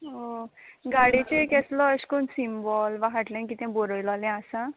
गाडयेचे केसलो अश कोन सिंबॉल बा हाटल्यान कितें बोरोयलोलें आसा